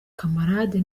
camarade